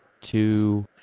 two